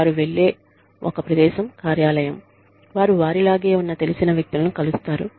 వారు వెళ్ళే ఒక ప్రదేశం కార్యాలయం వారు వారి లాగే ఉన్న తెలిసిన వ్యక్తులను కలుస్తారు